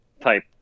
type